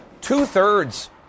Two-thirds